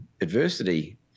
adversity